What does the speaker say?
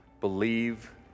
believe